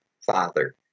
father